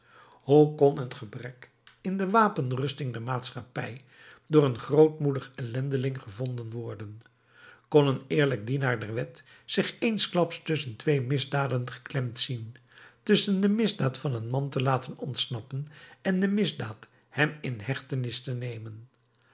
hoe kon het gebrek in de wapenrusting der maatschappij door een grootmoedig ellendeling gevonden worden kon een eerlijk dienaar der wet zich eensklaps tusschen twee misdaden geklemd zien tusschen de misdaad van een man te laten ontsnappen en de misdaad hem in hechtenis te nemen